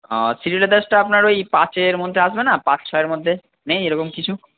ও শ্রীলেদার্সটা আপনার ওই পাঁচের মধ্যে আসবে না পাঁচ ছয়ের মধ্যে নেই এরকম কিছু